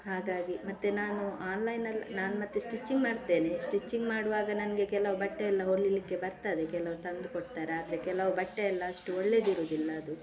ಹಾಗಾಗಿ ಮತ್ತೆ ನಾನು ಆನ್ಲೈನಲ್ಲಿ ನಾನು ಮತ್ತೆ ಸ್ವಿಚಿಂಗ್ ಮಾಡ್ತೇನೆ ಸ್ವಿಚಿಂಗ್ ಮಾಡುವಾಗ ನನಗೆ ಕೆಲವು ಬಟ್ಟೆ ಎಲ್ಲ ಹೊಲಿಲಿಕ್ಕೆ ಬರ್ತದೆ ಕೆಲವ್ರು ತಂದು ಕೊಡ್ತಾರೆ ಆದರೆ ಕೆಲವು ಬಟ್ಟೆಯೆಲ್ಲ ಅಷ್ಟು ಒಳ್ಳೆದಿರೋದಿಲ್ಲ ಅದು